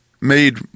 made